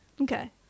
Okay